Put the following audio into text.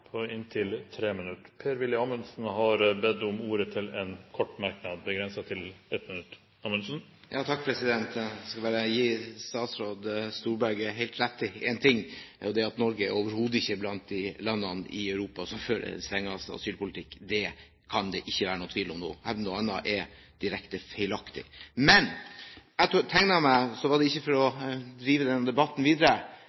på inntil 3 minutter. Jeg skal bare gi statsråd Storberget helt rett i en ting, og det er at Norge overhodet ikke er blant de landene i Europa som fører den strengeste asylpolitikken – det kan det ikke være noen tvil om. Å hevde noe annet er direkte feilaktig. Da jeg tegnet meg, var det ikke for å